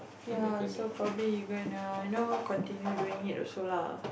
ya so probably go and you know continue doing it also lah